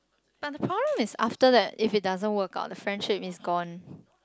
but the problem is after that if it doesn't work out the friendship is gone